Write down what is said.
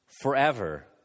forever